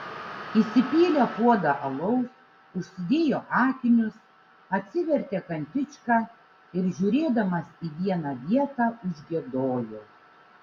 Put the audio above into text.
įsipylė puodą alaus užsidėjo akinius atsivertė kantičką ir žiūrėdamas į vieną vietą užgiedojo